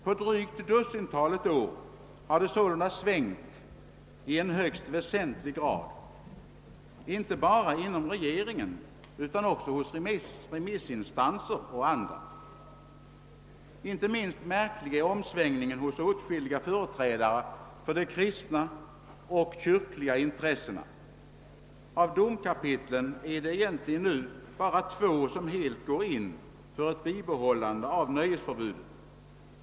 På drygt dussintalet år har det sålunda svängt i en högst väsentlig grad inte bara inom regeringen utan också hos remissinstanser och andra. Inte minst märklig är omsvängningen hos åtskilliga företrädare för de kristna och kyrkliga intressena. Av domkapitlen är det egentligen nu bara två som helt går in för ett bibehållande av nöjesförbudet.